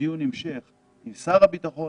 דיון המשך עם שר הביטחון,